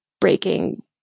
breaking